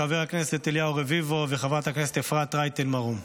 חבר הכנסת אליהו רביבו וחברת הכנסת אפרת רייטן מרום,